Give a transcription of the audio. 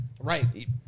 right